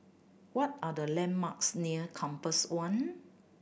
what are the landmarks near Compass One